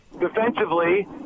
defensively